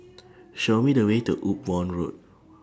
Show Me The Way to Upavon Road